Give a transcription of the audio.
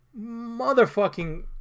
motherfucking